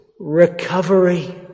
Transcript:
recovery